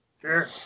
Sure